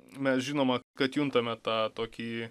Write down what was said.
mes žinoma kad juntame tą tokį